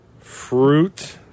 Fruit